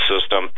system